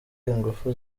ingufu